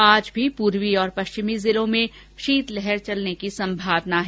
आज भी पूर्वी और पश्चिमी जिलों में शीतलहर चलने की संभावना है